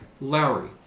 Lowry